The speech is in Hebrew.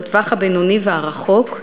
בטווח הבינוני והארוך,